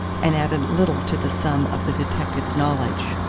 and added little to the sum of the detective's knowledge.